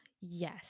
yes